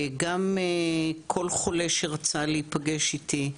גם כל חולה שרצה להיפגש איתי,